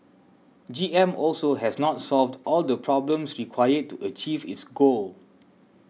G M also has not solved all the problems required to achieve its goal